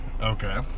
Okay